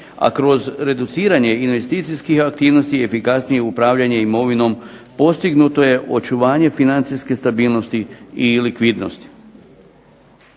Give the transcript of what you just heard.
a kroz reduciranje investicijskih aktivnosti efikasnije upravljanje imovinom postignuto je očuvanje financijske stabilnosti i likvidnosti.